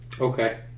Okay